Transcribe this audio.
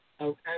Okay